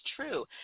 true